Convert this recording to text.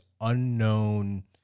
unknown